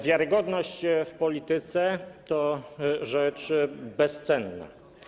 Wiarygodność w polityce to rzecz bezcenna.